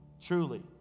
truly